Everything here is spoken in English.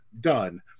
done